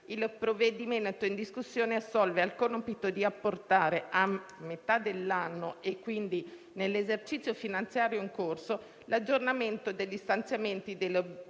il provvedimento in discussione assolve al compito di apportare a metà dell'anno, e quindi nell'esercizio finanziario in corso, l'aggiornamento degli stanziamenti del bilancio,